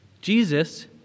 Jesus